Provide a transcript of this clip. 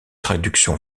traduction